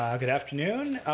um good afternoon